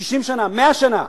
60 שנה, 100 שנה.